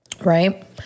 right